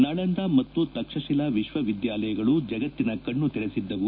ನಳಂದ ಮತ್ತು ತಕ್ಷಶಿಲಾ ವಿಶ್ವವಿದ್ಯಾಲಯಗಳ ಜಗತ್ತಿನ ಕಣ್ಣು ತೆರೆಸಿದ್ದವು